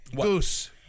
Goose